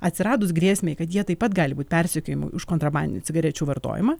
atsiradus grėsmei kad jie taip pat gali būt persekiojami už kontrabandinių cigarečių vartojimą